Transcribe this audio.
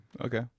Okay